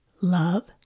Love